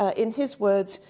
ah in his words,